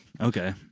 Okay